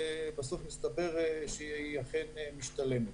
ובסוף מסתבר שהיא אכן משתלמת.